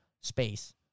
space